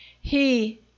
He